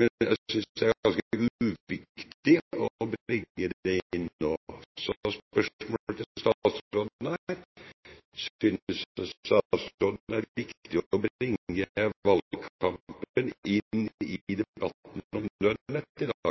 men jeg synes det er ganske uviktig å bringe dette inn nå. Så spørsmålet til statsråden er: Synes statsråden det er viktig å bringe valgkampen